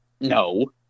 No